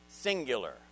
singular